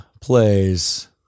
plays